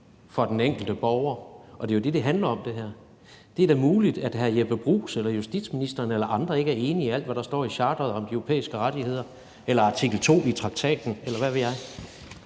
for den enkelte borger. Og det er jo det, det her handler om. Det er da muligt, at hr. Jeppe Bruus eller justitsministeren eller andre ikke er enige i alt, hvad der står i charteret om de europæiske rettigheder eller artikel 2 i traktaten, eller hvad ved jeg,